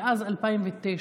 מאז 2009,